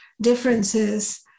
differences